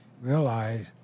realize